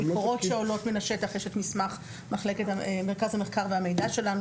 הביקורות שעולות מהשטח מסמך מחלקת המחקר והמידע שלנו